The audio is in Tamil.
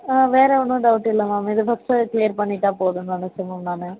ஆ வேறு ஒன்றும் டௌட் இல்லை மேம் இது மட்டும் க்ளியர் பண்ணிவிட்டா போதும்ன்னு நினச்சேன் மேம் நான்